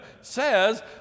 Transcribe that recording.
says